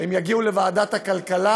יגיעו לוועדת הכלכלה,